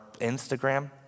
Instagram